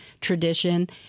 tradition